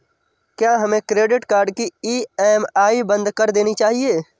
क्या हमें credit card की ई.एम.आई बंद कर देनी चाहिए?